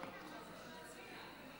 קודם נצביע.